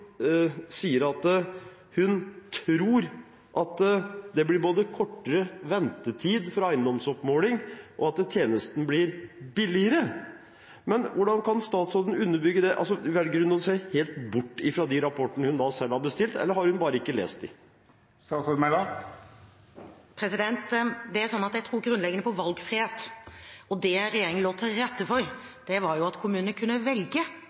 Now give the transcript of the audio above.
sier at hun «tror» det hadde blitt både kortere ventetid for eiendomsoppmåling, og at tjenesten hadde blitt billigere. Men hvordan kan statsråden underbygge det? Velger hun å se helt bort fra de rapportene hun selv har bestilt, eller har hun bare ikke lest dem? Jeg tror grunnleggende på valgfrihet, og det regjeringen la til rette for, var at kommunene kunne velge